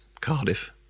Cardiff